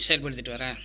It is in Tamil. செயல்படுத்திட்டு வரேன்